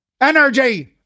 Energy